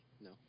No